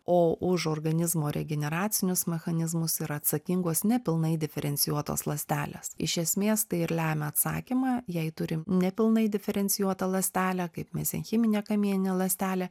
o už organizmo regeneracinius mechanizmus yra atsakingos nepilnai diferencijuotos ląstelės iš esmės tai ir lemia atsakymą jei turim nepilnai diferencijuotą ląstelę kaip mezenchiminė kamieninė ląstelė